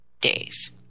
days